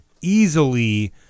Easily